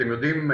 אתם יודעים,